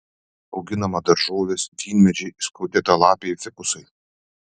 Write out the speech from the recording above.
auginama daržovės vynmedžiai skiautėtalapiai fikusai